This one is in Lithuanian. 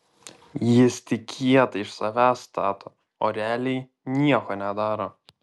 jis tik kietą iš savęs stato o realiai nieko nedaro